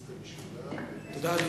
תודה.